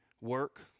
work